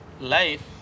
life